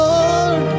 Lord